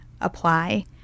apply